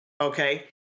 Okay